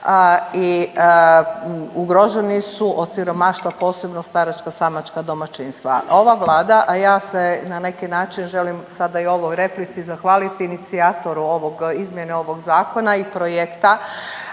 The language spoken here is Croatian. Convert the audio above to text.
i ugroženi su od siromaštva posebno staračka samačka domaćinstva. A ova Vlada, a ja se na neki način želim sada i u ovoj replici zahvaliti inicijatoru izmjene ovog zakona i projekta